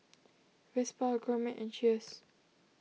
Vespa Gourmet and Cheers